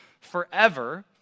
forever